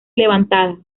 levantada